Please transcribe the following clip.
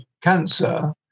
cancer